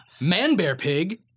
ManBearPig